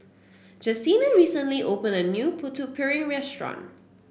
Justina recently opened a new Putu Piring Restaurant